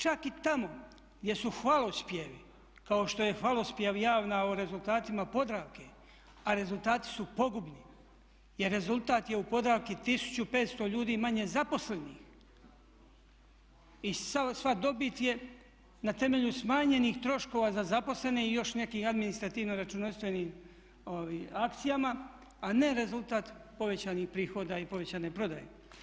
Čak i tamo gdje su hvalospjevi, kao što je hvalospjev javna o rezultatima Podravke, a rezultati su pogubni i rezultat je u Podravki 1500 ljudi manje zaposlenih i sva dobit je na temelju smanjenih troškova za zaposlene i još nekih administrativno-računovodstvenih akcijama, a ne rezultat povećanih prihoda i povećane prodaje.